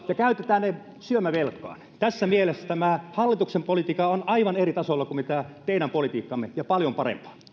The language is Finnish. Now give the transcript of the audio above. ja käytetään ne syömävelkaan tässä mielessä tämä hallituksen politiikka on aivan eri tasolla kuin teidän politiikkanne ja paljon parempaa